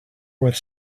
with